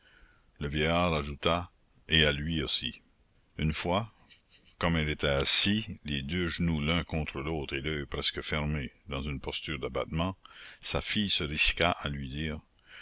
le vieillard ajouta et à lui aussi une fois comme il était assis les deux genoux l'un contre l'autre et l'oeil presque fermé dans une posture d'abattement sa fille se risqua à lui dire